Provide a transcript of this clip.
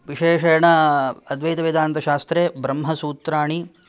विशेषेण अद्वैतवेदान्तशास्त्रे ब्रह्मसूत्राणि